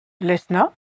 Listener